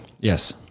Yes